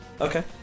Okay